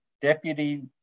Deputy